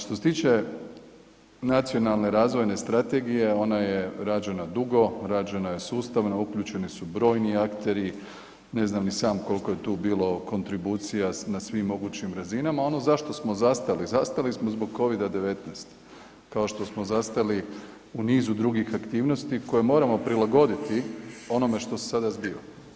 Što se tiče Nacionalne razvojne strategije ona je rađena dugo, rađena je sustavno uključeni su brojni akteri ne znam ni sam koliko je tu bilo kontribucija na svim mogućim razinama, ono zašto smo zastali, zastali smo zbog Covida-19, kao što smo zastali u nizu drugih aktivnosti koje moramo prilagoditi onome što se sada zbiva.